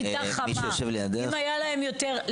אם הייתה להם יותר,